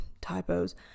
typos